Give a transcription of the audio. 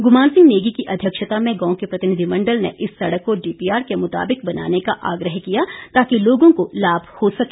गुमान सिंह नेगी की अध्यक्षता में गांव के प्रतिनिधिमंडल ने इस सड़क को डीपीआर के मुताबिक बनाने का आग्रह किया ताकि लोगों को लाभ हो सके